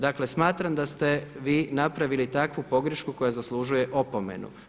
Dakle smatram da ste vi napravili takvu pogrešku koja zaslužuje opomenu.